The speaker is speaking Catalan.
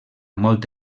molt